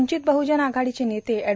वंचित बहजन आघाडीचे नेते एड